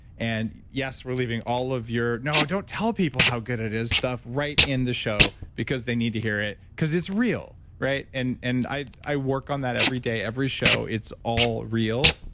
and yes, we're leaving all of your, no, don't tell people how good it is stuff right in the show because they need to hear it because it's real. and and i i work on that every day, every show, it's all real.